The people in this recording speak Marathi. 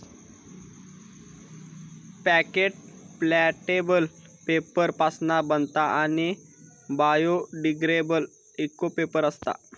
पॅकेट प्लॅटेबल पेपर पासना बनता आणि बायोडिग्रेडेबल इको पेपर असता